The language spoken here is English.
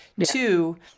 two